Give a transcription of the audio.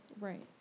Right